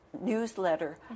newsletter